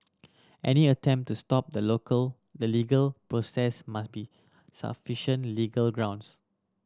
any attempt to stop the local the legal process must be sufficient legal grounds